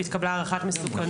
(3) התקבלה הערכת מסוכנות לפי סעיף